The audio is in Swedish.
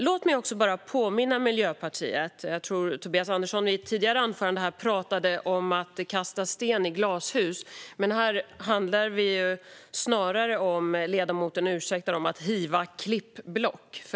Låt mig också påminna Miljöpartiet om en sak. Jag tror att det var Tobias Andersson som i ett tidigare anförande pratade om att kasta sten i glashus. Här handlar det, om ledamoten ursäktar, snarare om att hiva klippblock.